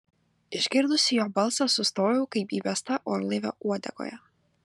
išgirdusi jo balsą sustojau kaip įbesta orlaivio uodegoje